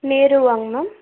நேருவாங்க ma'am